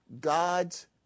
God's